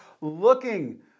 looking